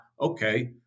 okay